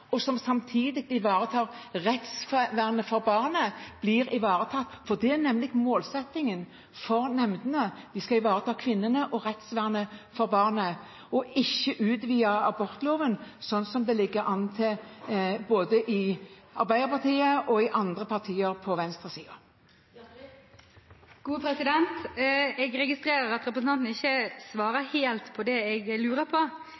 og samtidig ivaretar rettsvernet for barnet, blir ivaretatt – det er nemlig målsettingen for nemndene, at de skal ivareta kvinnene og rettsvernet til barnet – og vi ønsker ikke å utvide abortloven, sånn som det ligger an til både i Arbeiderpartiet og i andre partier på venstresiden. Jeg registrerer at representanten ikke svarer helt på det jeg lurer på.